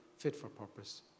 fit-for-purpose